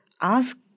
ask